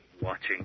Watching